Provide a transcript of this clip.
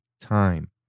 time